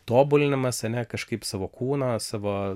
tobulinimas ane kažkaip savo kūną savo